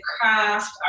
craft